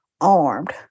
armed